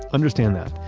understand that.